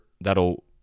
that'll